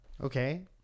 Okay